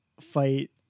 fight